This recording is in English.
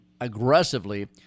aggressively